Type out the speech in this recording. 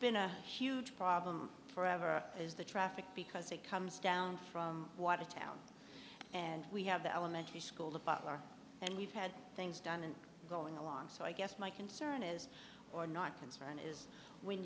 been a huge problem for ever as the traffic because it comes down from watertown and we have the elementary school the butler and we've had things done and going along so i guess my concern is or not concern is when